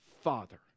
father